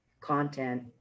content